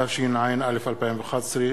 התשע"א 2011,